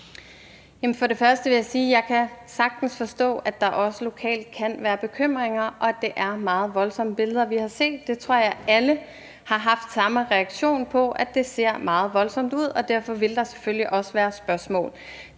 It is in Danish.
Jeg kan sagtens forstå, at der også lokalt kan være bekymringer, og at det er meget voldsomme billeder, vi har set. Det tror jeg alle har haft samme reaktion på: at det ser meget voldsomt ud, og derfor vil der selvfølgelig også være spørgsmål.